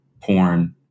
porn